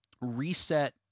reset